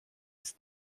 ist